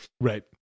right